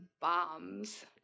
Bombs